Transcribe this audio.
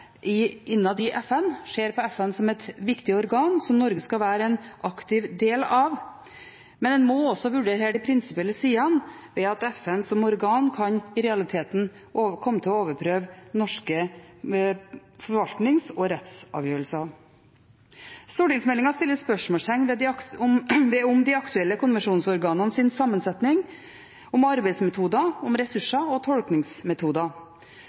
samarbeidet innad i FN og ser på FN som et viktig organ som Norge skal være en aktiv del av, men en må også her vurdere de prinsipielle sidene ved at FN som organ i realiteten kan komme til å overprøve norske forvaltnings- og rettsavgjørelser. Stortingsmeldingen setter spørsmålstegn ved de aktuelle konvensjonsorganenes sammensetning, arbeidsmetoder, ressurser og tolkningsmetoder, og spør om